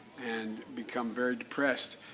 and become very depressed.